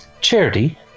Charity